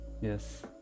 Yes